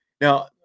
now